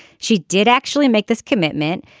she did actually make this commitment.